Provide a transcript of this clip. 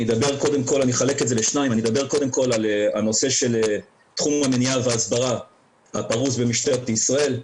אני אדבר קודם כל על הנושא של תחום המניעה וההסברה הפרוס במשטרת ישראל.